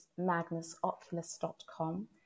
magnusoculus.com